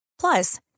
Plus